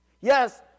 Yes